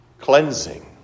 cleansing